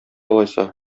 алайса